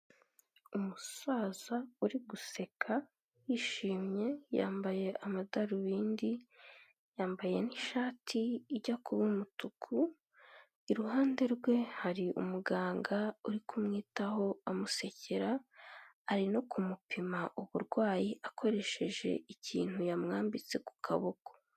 Umusaza uri guseka yishimye yambaye amadarubindi, yambaye nishati ijya kuba umutuku iruhande rwe hari umuganga uri kumwitaho amusekera ari no kumupima uburwayi akoresheje ikintu yamwambitse ku kaboko.